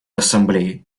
ассамблеей